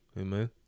Amen